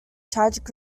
tragic